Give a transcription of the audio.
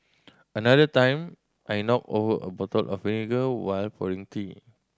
another time I knocked over a bottle of vinegar while pouring tea